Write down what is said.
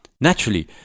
Naturally